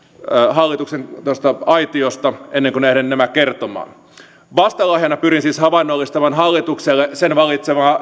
hallituksen aitiosta ennen kuin ehdin nämä kertomaan vastalahjana pyrin siis havainnollistamaan hallitukselle sen valitsemaa